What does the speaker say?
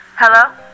Hello